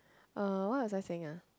uh what was I saying ah